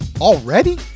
already